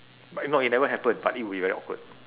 but no it never happened but it would be very awkward